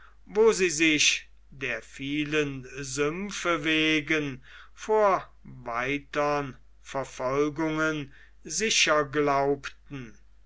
wo sie sich der vielen sümpfe wegen vor weitern verfolgungen sicher glaubten